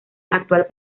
actual